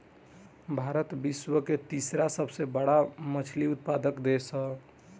भारत विश्व के तीसरा सबसे बड़ मछली उत्पादक देश ह